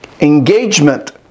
engagement